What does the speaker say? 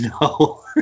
No